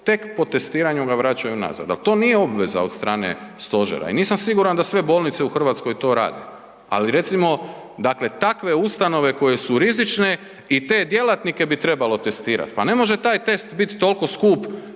tek po testiranju ga vraćaju nazad. Al to nije obveza od strane stožera i nisam siguran da sve bolnice u RH to rade. Ali recimo, dakle takve ustanove koje su rizične i te djelatnike bi trebalo testirat, pa ne može taj test bit tolko skup